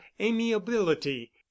amiability